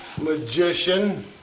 magician